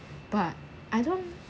but I don't